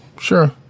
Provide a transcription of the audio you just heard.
sure